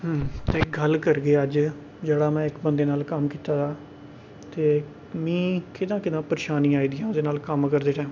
ते गल्ल करगे अज्ज जेह्ड़ा में इक बंदे नाल कम्म कीता दा ते मी किन्ना किन्ना परेशानियां आई दियां ओह्दे नाल कम्म करदे नाल